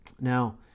Now